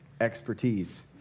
expertise